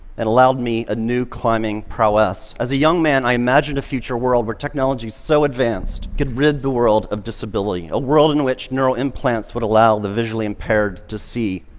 and allowed me a new climbing prowess. as a young man, i imagined a future world where technology so advanced could rid the world of disability, a world in which neural implants would allow the visually impaired to see.